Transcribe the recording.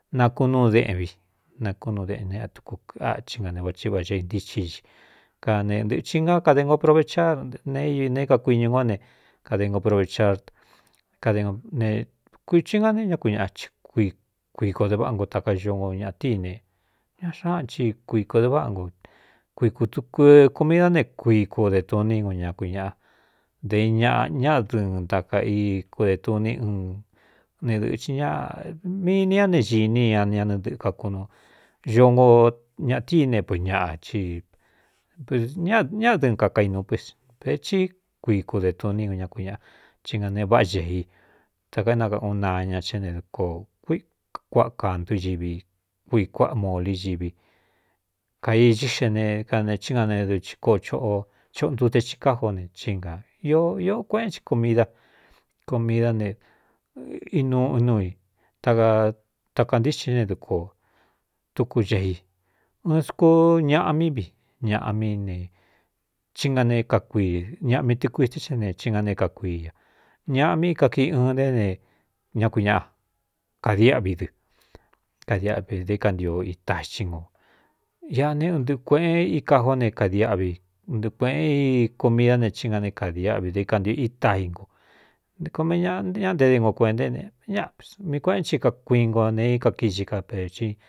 Nakuꞌnúu deꞌnvi nakúnu deꞌnnea tuku kachí nga ne vaciva xe intíxín i kanentɨ̄chin na kade ngo provechar nee neé kakuiñu ngó ne kade ngo provechar adnekuichɨn nga ne ñá ku ñaꞌa i kkuiko de váꞌa ngo taka ñongo ñaꞌatíi ne ña xñáa ci kuikō deváꞌa ngo kuikudukkomidá ne kui ku de tuní un ña kuñaꞌa de ñaꞌa ñádɨɨn taka í kude tuní ɨ ne dɨ̄cɨn ñ mini a ne ñīní ñañanɨꞌɨkaknu ñongo ñatíne pɨ ñaꞌa ñáꞌdɨɨn kakainu vētí kuiku de tuní un ñá ku ñaꞌa chí nga ne váꞌa gēꞌ i takaénakauꞌun naña chá é ne dɨko kuí kuāa kāntu ivi kuii kuáꞌa molí ñivi kaixí xe ne ka ne í na ne doꞌhoꞌontute xi kájó ne cí ngā i kuéꞌen chi komida komidá ne inuuꞌ núu i takatakantíxin é ne duko tukucéꞌe i ɨɨn skuu ñaꞌa mí vi ñaꞌa mí ne a e kaki ñaꞌa mi tɨkui sté xe ne chí nga ne kakuii ña ñaꞌa mí kakii ɨn é ne ñá kunñaꞌa kadiáꞌvi dɨ kadiáꞌvi dé kantio itaci ngo iꞌa ne ntɨꞌɨ kuēꞌen íkajó ne kadiáꞌvi ntɨɨ kuēꞌen í komidá ne chí nga né kādiáꞌvi dé ikantio ita ingo kome ñaꞌañá nte de ngo kuēnta neñ mii kueꞌén chi kakuii ngo nee i kakíxi ka pēxín.